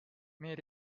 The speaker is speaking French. mais